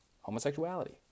homosexuality